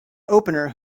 opener